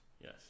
Yes